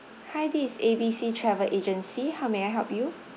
hi this is A B C travel agency how may I help you